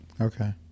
Okay